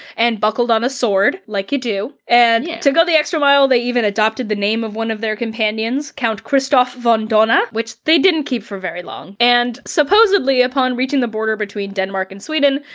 and buckled on a sword, like you do, and to go the extra mile. they even adopted the name of one of their companions, count christoph von dohna, which they didn't keep for very long. and supposedly, upon reaching the border between denmark and sweden,